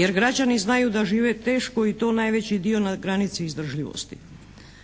jer građani znaju da žive teško i to najveći dio na granici izdržljivosti.